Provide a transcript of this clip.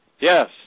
Yes